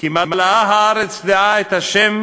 כי מלאה הארץ דעה את ה'